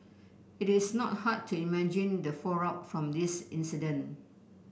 it is not hard to imagine the fallout from this incident